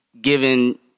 given